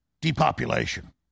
depopulation